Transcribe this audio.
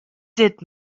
did